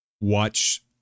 Watch